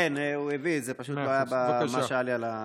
בבקשה.